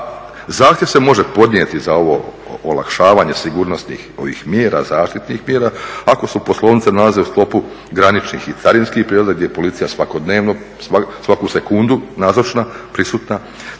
zahtjev se može podnijeti za ovo olakšavanje sigurnosnih ovih mjera, zaštitnih mjera ako se poslovnice nalaze u sklopu graničnih i carinskih prijelaza gdje je policija svakodnevno, svaku sekundu nazočna, prisutna,